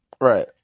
Right